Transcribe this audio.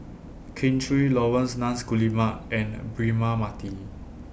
Kin Chui Laurence Nunns Guillemard and Braema Mathi